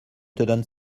donne